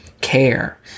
care